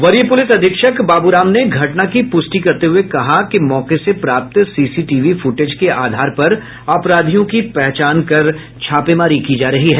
वरीय पुलिस अधीक्षक बाबूराम ने घटना की पुष्टि करते हुए कहा कि मौके से प्राप्त सीसीटीवी फूटेज के आधार पर अपराधियों की पहचान कर छापेमारी की जा रही है